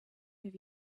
have